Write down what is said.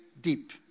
deep